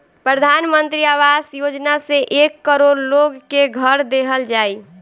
प्रधान मंत्री आवास योजना से एक करोड़ लोग के घर देहल जाई